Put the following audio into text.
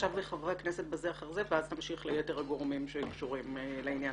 עכשיו לחברי הכנסת בזה אחר זה ואז נמשיך ליתר הגורמים שקשורים לעניין.